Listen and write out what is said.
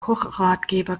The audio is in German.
kochratgeber